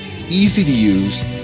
easy-to-use